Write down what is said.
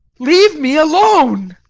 leave me alone.